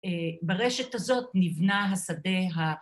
‫ברשת הזאת נבנה השדה ה...